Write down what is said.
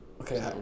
Okay